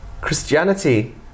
Christianity